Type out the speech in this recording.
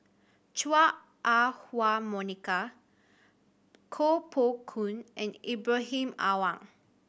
Chua Ah Huwa Monica Koh Poh Koon and Ibrahim Awang